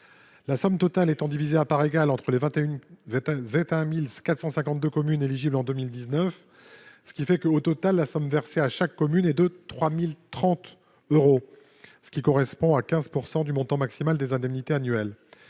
La somme totale étant divisée à parts égales entre les 21 452 communes éligibles en 2019, au final la somme versée à chaque commune est de 3 030 euros, ce qui correspond à 15 % du montant maximal des indemnités annuelles.